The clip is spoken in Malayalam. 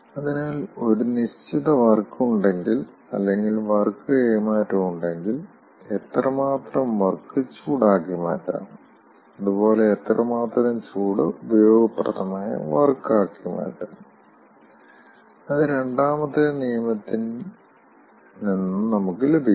അതിനാൽ ഒരു നിശ്ചിത വർക്ക് ഉണ്ടെങ്കിൽ അല്ലെങ്കിൽ വർക്ക് കൈമാറ്റം ഉണ്ടെങ്കിൽ എത്രമാത്രം വർക്ക് ചൂടാക്കി മാറ്റാം അതുപോലെ എത്രമാത്രം ചൂട് ഉപയോഗപ്രദമായ വർക്ക് ആക്കി മാറ്റാം അത് രണ്ടാമത്തെ നിയമത്തിൽ നിന്നും നമുക്ക് ലഭിക്കും